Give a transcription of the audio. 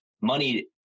money